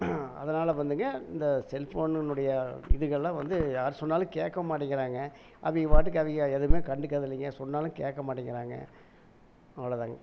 அதனால் வந்துங்க இந்த செல்ஃபோனினுடைய இதுகள்லாம் வந்து யார் சொன்னாலும் கேட்க மாட்டேங்கிறாங்க அவிங்க பாட்டுக்கு அவிங்க எதுமே கண்டுக்குறது இல்லைங்க சொன்னாலும் கேக்க மாட்டேங்கிறாங்க அவ்வளோதாங்க